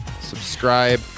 Subscribe